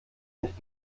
nicht